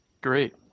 Great